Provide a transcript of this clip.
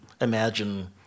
imagine